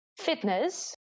Fitness